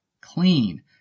clean